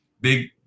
big